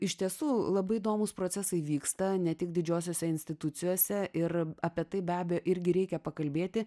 iš tiesų labai įdomūs procesai vyksta ne tik didžiosiose institucijose ir apie tai be abejo irgi reikia pakalbėti